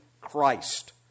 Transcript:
Christ